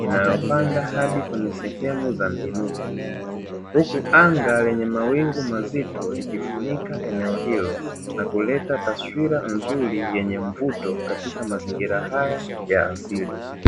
inayopanda hadi kwenye sehemu za miinuko. Huku anga lenye mawingu mazito likifunika eneo hilo na kuleta taswira nzuri yenye mvuto katika mazingira haya ya asili.